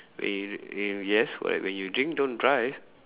err err yes whenever you drink don't drive